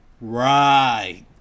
Right